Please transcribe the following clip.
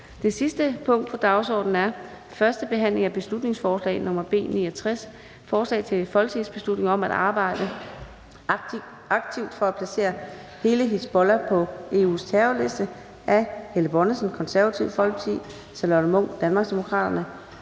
Det sidste punkt på dagsordenen er: 9) 1. behandling af beslutningsforslag nr. B 69: Forslag til folketingsbeslutning om at arbejde aktivt for at placere hele Hizbollah på EU’s terrorliste. Af Helle Bonnesen (KF), Charlotte Munch (DD), Alex Ahrendtsen